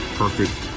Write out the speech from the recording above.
perfect